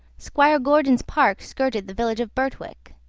squire gordon's park skirted the village of birtwick.